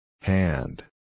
Hand